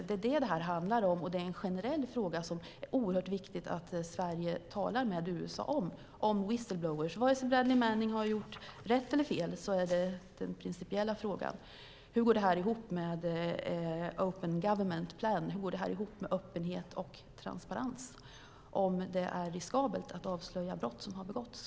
Det är det som detta handlar om, och whistleblowers är en generell fråga som det är oerhört viktigt att Sverige talar med USA om. Oavsett om Bradley Manning gjort rätt eller fel är den principiella frågan hur det går ihop med Open Government Plan, med öppenhet och transparens, om det är riskabelt att avslöja brott som begåtts.